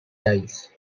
tiles